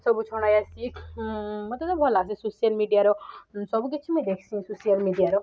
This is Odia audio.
ସବୁ ଛଡ଼ାଯାସି ମତେ ତ ଭଲ ଲାଗସେ ସୋସିଆଲ ମିଡ଼ିଆର ସବୁ କିଛି ମୁଁ ଦେଖ୍ସି ସୋସିଆଲ ମିଡ଼ିଆର